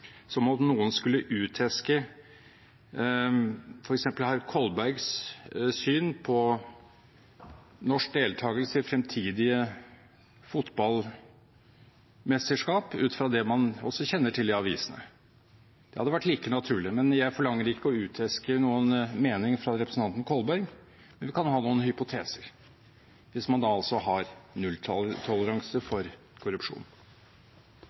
noen skulle uteske f.eks. representanten Kolbergs syn på norsk deltakelse i fremtidige fotballmesterskap ut fra det man kjenner til fra avisene. Det hadde vært like naturlig, men jeg forlanger ikke å uteske noen mening fra representanten Kolberg. Men vi kan ha noen hypoteser, hvis man altså har nulltoleranse for korrupsjon.